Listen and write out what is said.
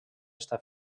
està